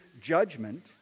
judgment